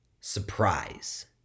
surprise